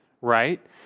right